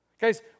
Guys